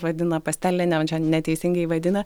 vadina pastelinėm čia neteisingai vadina